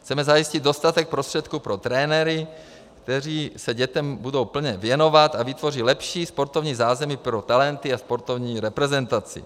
Chceme zajistit dostatek prostředků pro trenéry, kteří se dětem budou plně věnovat a vytvoří lepší sportovní zázemí pro talenty a sportovní reprezentaci.